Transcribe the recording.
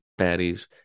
baddies